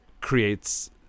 creates